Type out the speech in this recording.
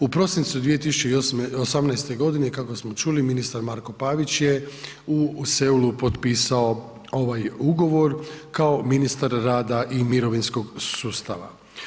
U prosincu 2018. godine kako smo čuli ministar Marko Pavić je Seulu potpisao ovaj ugovor, kao ministar rada i mirovinskog sustava.